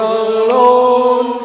alone